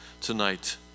tonight